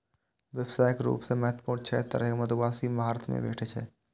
व्यावसायिक रूप सं महत्वपूर्ण छह तरहक मधुमाछी भारत मे भेटै छै